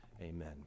amen